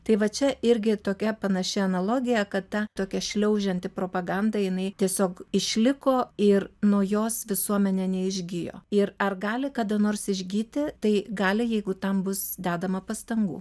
tai va čia irgi tokia panaši analogija kad ta tokia šliaužianti propaganda jinai tiesiog išliko ir nuo jos visuomenė neišgijo ir ar gali kada nors išgyti tai gali jeigu tam bus dedama pastangų